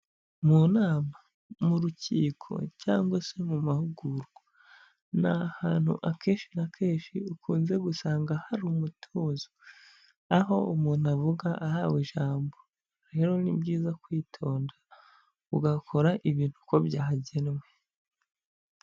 Mu nama, mu rukiko cyangwa se mu mahugurwa; ni ahantu akenshi na kenshi ukunze gusanga hari umutuzo, aho umuntu avuga ahawe ijambo; rero ni byiza kwitonda, ugakora ibintu uko byagenwe.